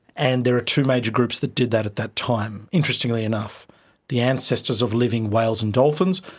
and there are two major groups that did that at that time, interestingly enough the ancestors of living whales and dolphins,